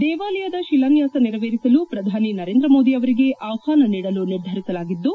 ದೇವಾಲಯದ ಶಿಲಾನ್ಲಾಸ ನೆರವೇರಿಸಲು ಪ್ರಧಾನಿ ನರೇಂದ್ರ ಮೋದಿ ಅವರಿಗೆ ಆಹ್ವಾನ ನೀಡಲು ನಿರ್ಧರಿಸಲಾಗಿದ್ದು